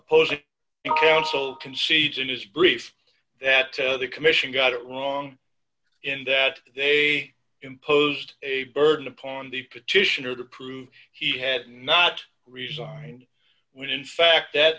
opposing counsel concedes in his brief that the commission got it wrong in that they imposed a burden upon the petitioner to prove he had not resigned when in fact that